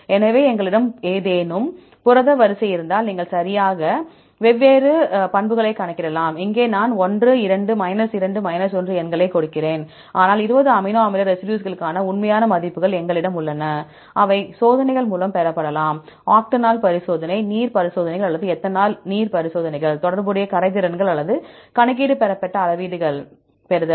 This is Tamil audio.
எனவே எங்களிடம் ஏதேனும் புரத வரிசை இருந்தால் சரியாக நீங்கள் வெவ்வேறு பண்புகளை கணக்கிடலாம் இங்கே நான் 1 2 2 1 எண்களைக் கொடுக்கிறேன் ஆனால் 20 அமினோ அமில ரெசிடியூஸ்களுக்கான உண்மையான மதிப்புகள் எங்களிடம் உள்ளன அவை சோதனைகள் மூலம் பெறப்படலாம் ஆக்டானோல் பரிசோதனை நீர் பரிசோதனைகள் அல்லது எத்தனால் நீர் பரிசோதனைகள் தொடர்புடைய கரைதிறன்கள் அல்லது கணக்கீடு பெறப்பட்ட அளவீடுகள் பெறுதல்